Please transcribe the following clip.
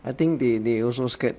I think they they also scared